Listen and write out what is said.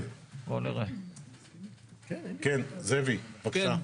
כן, זאביק בבקשה.